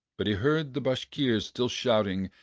but he heard the bashkirs still shouting,